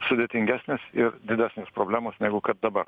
sudėtingesnės ir didesnės problemos negu kad dabar